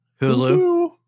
Hulu